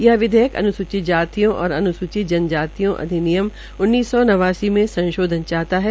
ये विधेयक अनुसूचित जातियों और अनुसूचित जनजातियों अधिनियम उन्नीस सौ नवासी में संशोधन चाहता है